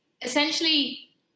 Essentially